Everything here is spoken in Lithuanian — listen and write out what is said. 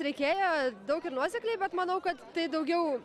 reikėjo daug ir nuosekliai bet manau kad tai daugiau